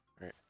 Right